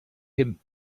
him